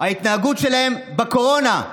ההתנהגות שלהם בקורונה,